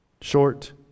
short